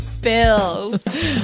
Bills